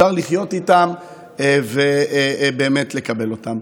אפשר לחיות איתן ולקבל אותן.